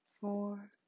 four